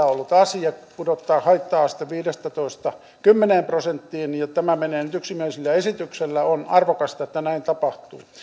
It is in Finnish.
ollut asia pudotetaan haitta aste viidestätoista kymmeneen prosenttiin ja tämä menee nyt yksimielisellä esityksellä on arvokasta että näin tapahtuu